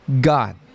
God